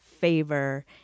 favor